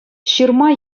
ҫырма